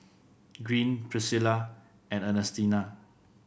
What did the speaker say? Greene Priscilla and Ernestina